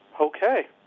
Okay